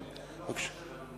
אני לא חושב.